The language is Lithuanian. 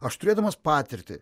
aš turėdamas patirtį